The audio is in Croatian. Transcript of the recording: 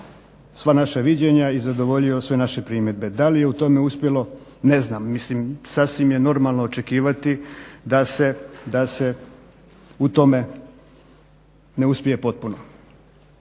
sva naša viđenja i zadovoljio sve naše primjedbe. Da li je u tome uspjelo ne znam, mislim sasvim je normalno očekivati da se u tome ne uspije potpuno.